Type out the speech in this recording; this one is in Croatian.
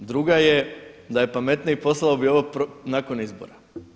Druga je, da je pametniji poslao bi ovo nakon izbora.